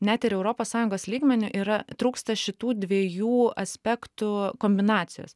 net ir europos sąjungos lygmeniu yra trūksta šitų dviejų aspektų kombinacijos